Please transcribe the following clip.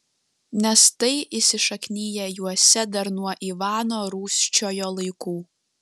nes tai įsišakniję juose dar nuo ivano rūsčiojo laikų